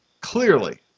clearly